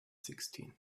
sixteen